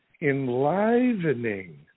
enlivening